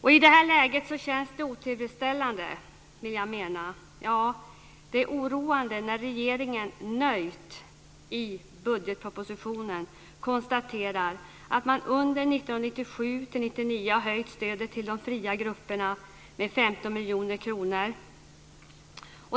I det här läget känns det otillfredsställande och oroande när regeringen nöjt i budgetpropositionen konstaterar att man under 1997-1999 har höjt stödet till de fria grupperna med 15 miljoner kronor.